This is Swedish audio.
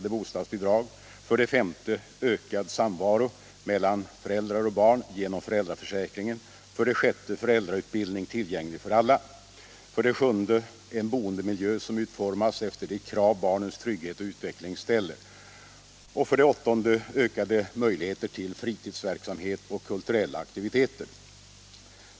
En boendemiljö som utformas efter de krav barnens trygghet och utveckling ställer.